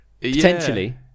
potentially